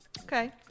Okay